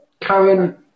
Karen